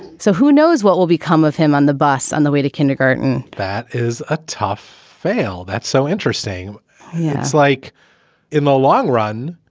so who knows what will become of him on the bus on the way to kindergarten? that is a tough fail. that's so interesting. it's like in the long run,